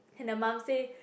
and the mum say